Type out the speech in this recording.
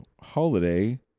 holiday